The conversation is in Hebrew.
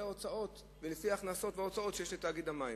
ההוצאות ולפי ההכנסות שיש לתאגיד המים.